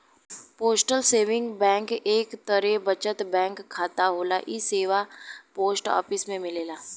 postal saving bank एक तरे बचत बैंक खाता होला इ सेवा पोस्ट ऑफिस में मिलला